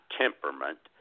temperament